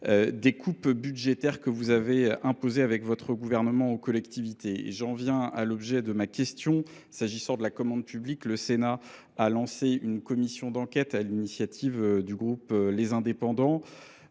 des coupes budgétaires que vous avez imposées avec votre gouvernement aux collectivités. J'en viens à l'objet de ma question. S'agissant de la commande publique, le Sénat a lancé une commission d'enquête à l'initiative du groupe Les Indépendants.